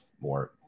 more